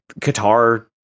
Qatar